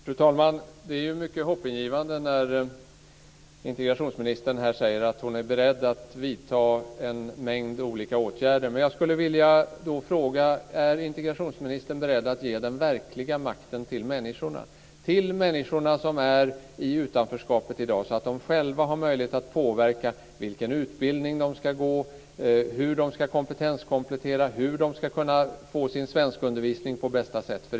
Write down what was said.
Fru talman! Det är mycket hoppingivande när integrationsministern här säger att hon är beredd att vidta en mängd olika åtgärder. Men jag skulle vilja fråga: Är integrationsministern beredd att ge den verkliga makten till människorna, till människorna som är i utanförskapet i dag så att de själva har möjlighet att påverka vilken utbildning de ska gå, hur de ska kompetensutvecklas, hur de ska kunna få sin svenskundervisning på bästa sätt?